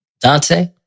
Dante